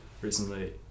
recently